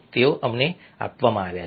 તેઓ અમને આપવામાં આવ્યા છે